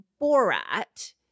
Borat